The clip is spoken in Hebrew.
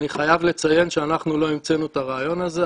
אני חייב לציין שאנחנו לא המצאנו את הרעיון הזה,